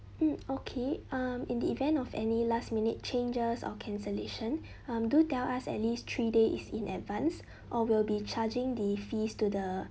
hmm okay um in the event of any last minute changes or cancellation um do tell us at least three days in advance or we'll be charging the fees to the